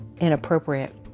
inappropriate